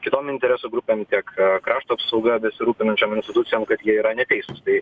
kitom interesų grupėm tiek krašto apsauga besirūpinančiom institucijom kad jie yra neteisūs tai